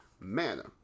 manner